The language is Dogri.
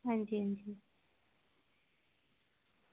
हां जी हां जी